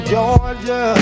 Georgia